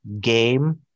game